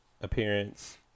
appearance